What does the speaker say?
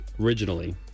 originally